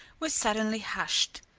were suddenly hushed!